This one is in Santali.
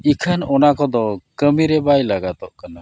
ᱤᱠᱷᱟᱹᱱ ᱚᱱᱟ ᱠᱚᱫᱚ ᱠᱟᱹᱢᱤᱨᱮ ᱵᱟᱭ ᱞᱟᱜᱟᱫᱚᱜ ᱠᱟᱱᱟ